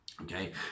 Okay